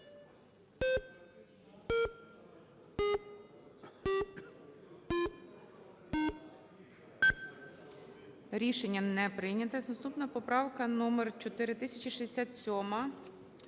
Рішення не прийнято. Наступна поправка - номер 4067.